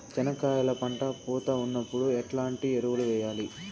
చెనక్కాయలు పంట పూత ఉన్నప్పుడు ఎట్లాంటి ఎరువులు వేయలి?